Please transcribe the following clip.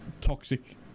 toxic